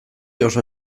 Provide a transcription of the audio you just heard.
oso